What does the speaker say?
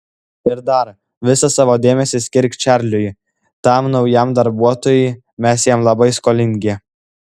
ir dar visą savo dėmesį skirk čarliui tam naujam darbuotojui mes jam labai skolingi